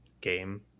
game